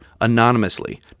anonymously